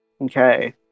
Okay